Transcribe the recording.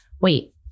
Wait